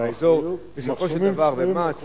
האחריות, בסופו של דבר, במע"צ.